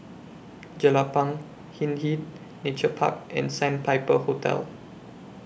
Jelapang Hindhede Nature Park and Sandpiper Hotel